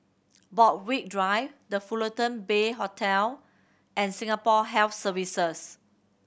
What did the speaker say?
Borthwick Drive The Fullerton Bay Hotel and Singapore Health Services